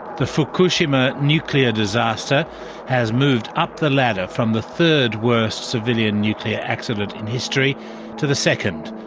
the fukushima nuclear disaster has moved up the ladder from the third worst civilian nuclear accident in history to the second,